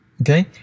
okay